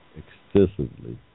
excessively